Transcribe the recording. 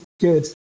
good